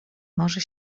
może